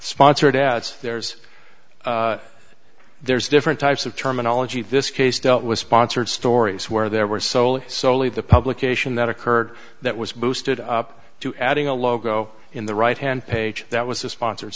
sponsor debts there's a there's different types of terminology this case dealt with sponsored stories where there were so soley the publication that occurred that was boosted up to adding a logo in the right hand page that was a sponsor